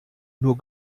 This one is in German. nur